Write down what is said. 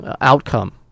outcome